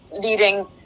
leading